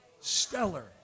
Stellar